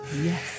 Yes